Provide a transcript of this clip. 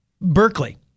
Berkeley